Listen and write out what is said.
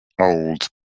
old